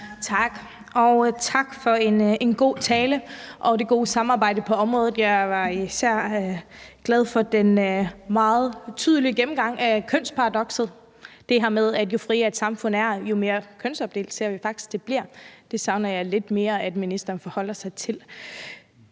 tak for en god tale og det gode samarbejde på området. Jeg var især glad for den meget tydelige gennemgang af kønsparadokset, altså det her med, at jo friere et samfund er, jo mere kønsopdelt ser vi faktisk det bliver. Det savner jeg at ministeren forholder sig lidt